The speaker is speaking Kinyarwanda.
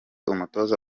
umutoza